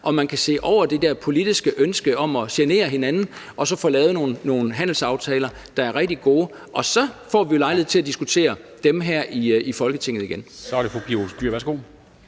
at man kan se hen over det der politiske ønske om at genere hinanden og så få lavet nogle handelsaftaler, der er rigtig gode. Og så får vi jo lejlighed til at diskutere dem her i Folketinget igen.